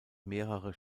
mehrere